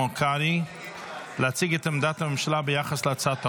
קרעי להציג את עמדת הממשלה ביחס להצעת החוק,